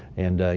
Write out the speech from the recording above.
and,